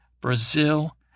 Brazil